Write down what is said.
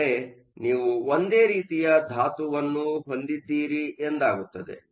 ಅಂದರೆ ನೀವು ಒಂದೇ ರೀತಿಯ ಧಾತುವನ್ನು ಹೊಂದಿದ್ದೀರಿ ಎಂದಾಗುತ್ತದೆ